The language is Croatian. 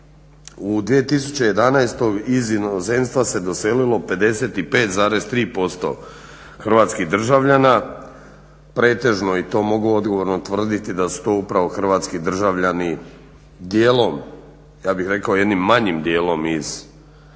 U 2011.iz inozemstva se doselilo 55,3% hrvatskih državljana pretežno i to mogu odgovorno tvrditi da su to upravo hrvatski državljani dijelom ja bih rekao jednim manjim dijelom iz Republike